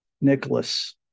Nicholas